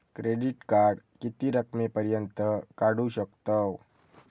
Credit card किती रकमेपर्यंत काढू शकतव?